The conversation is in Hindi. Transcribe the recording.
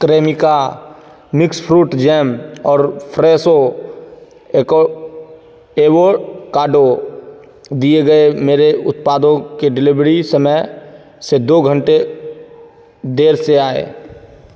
क्रेमिका मिक्स फ्रूट जैम और फ़्रेशो एको एवोकाडो दिए गए मेरे उत्पादों की डिलीवरी समय से दो घंटे देर से आए हैं